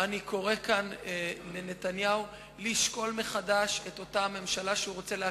אני קורא לנתניהו לשקול מחדש את אותה ממשלה שהוא רוצה להקים.